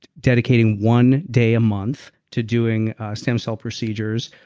dedicating one day a month to doing stem cell procedures,